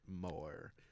more